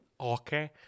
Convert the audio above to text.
Okay